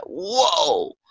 Whoa